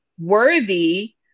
worthy